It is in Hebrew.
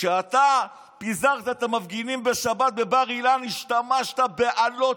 כשאתה פיזרת את המפגינים בשבת בבר-אילן השתמשת באלות,